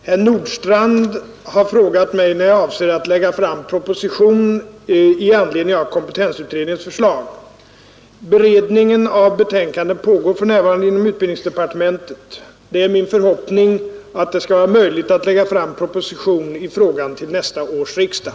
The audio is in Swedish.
Herr talman! Herr Nordstrandh har frågat mig, när jag avser att lägga fram proposition i anledning av kompetensutredningens förslag. Beredningen av betänkandet pågår för närvarande inom utbildningsdepartementet. Det är min förhoppning att det skall vara möjligt att lägga fram proposition i frågan till nästa års riksdag.